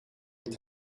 est